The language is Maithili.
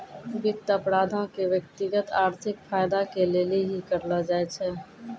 वित्त अपराधो के व्यक्तिगत आर्थिक फायदा के लेली ही करलो जाय छै